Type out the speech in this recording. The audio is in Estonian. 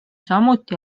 samuti